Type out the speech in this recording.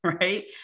Right